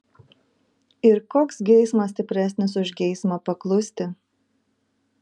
ir koks geismas stipresnis už geismą paklusti